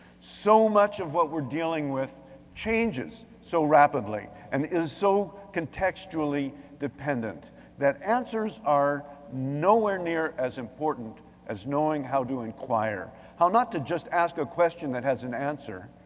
so much of what we're dealing with changes so rapidly and is so contextually dependent that answers are nowhere near as important as knowing how to inquire. how not to just ask a question that has an answer,